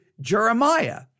Jeremiah